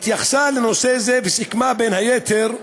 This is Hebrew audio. התייחסה לנושא זה וסיכמה, בין היתר,